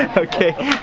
okay,